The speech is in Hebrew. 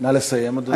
נא לסיים, אדוני.